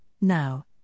now